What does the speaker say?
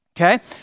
okay